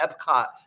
Epcot –